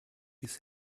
his